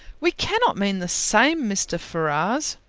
we cannot mean the same mr. ferrars.